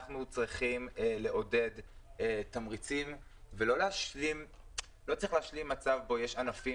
אנחנו צריכים לעודד תמריצים ולא להשלים עם מצב בו יש ענפים